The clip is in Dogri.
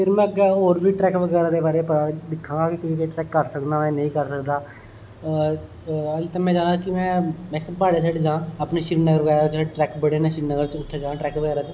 फिर में अग्गे होर बी ट्रैक बगैरा दे बारे च दिक्खना के केहडे़ केहडे़ ट्रैक कर सकना में नेईं कर सकना और जित्थै में जाना मैक्सीमम प्हाडे़ं साइड जां अपने श्रीनगर बगैरा जित्थै ट्रैक बडे़ ना श्रीनगर च उत्थै जा ट्रैक बगैरा